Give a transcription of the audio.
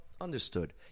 understood